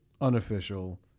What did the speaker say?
unofficial